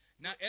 Now